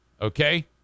okay